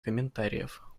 комментариев